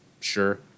sure